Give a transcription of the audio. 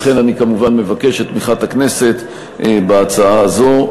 לכן אני, כמובן, מבקש את תמיכת הכנסת בהצעה הזאת.